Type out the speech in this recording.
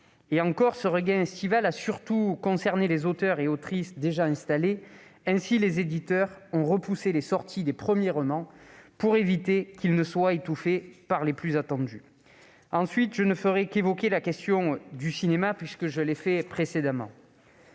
Et encore, ce regain estival a surtout concerné les auteurs et autrices déjà installés, les éditeurs ayant repoussé les sorties de premiers romans pour éviter qu'ils ne soient étouffés par les plus attendus. Ensuite, je ne ferai qu'évoquer la question du cinéma, déjà abordée dans ma précédente